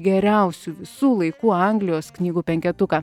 geriausių visų laikų anglijos knygų penketuką